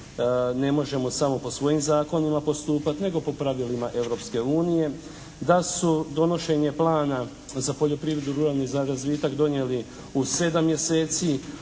ne možemo samo po svojim zakonima postupati nego po pravilima Europske unije. Da je donošenje plana za poljoprivredu i ruralni razvitak donijeli u 7 mjeseci,